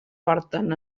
porten